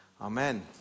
Amen